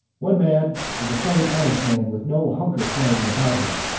one man is a plain honest man with no hunker-sliding about him.